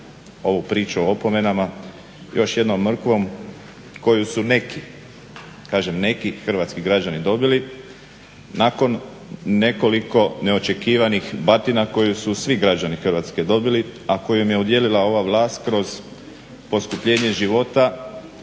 ovu priču o opomenama još jednom mrkvom koju su neki, kažem neki hrvatski građani dobili nakon nekoliko neočekivanih batina koje su svi građani Hrvatske dobili, a koje im je udijelila ova vlast kroz poskupljenje života,